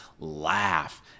laugh